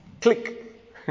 Click